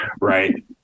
right